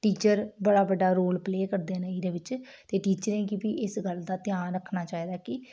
teacher बड़ा बड्डा role play करदे न एह्दे बिच ते टीचरें गी बी इस गल्ल दा ध्यान रक्खना चाहिदा कि